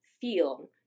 feel